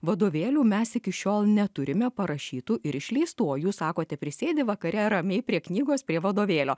vadovėlių mes iki šiol neturime parašytų ir išleistų o jūs sakote prisėdi vakare ramiai prie knygos prie vadovėlio